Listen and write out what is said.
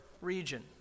region